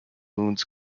wounds